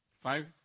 Five